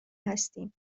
هستیم